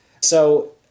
So-